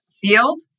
field